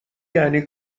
یعنی